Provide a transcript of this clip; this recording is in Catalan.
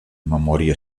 memòria